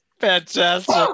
Fantastic